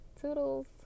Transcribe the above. toodles